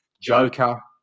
Joker